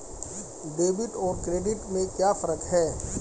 Debit और credit में क्या फर्क है?